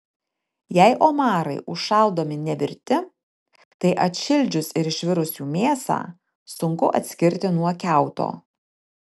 jei omarai užšaldomi nevirti tai atšildžius ir išvirus jų mėsą sunku atskirti nuo kiauto